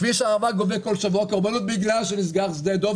כביש הערבה גובה בכל שבוע קורבנות בגלל שנסגר שדה דב,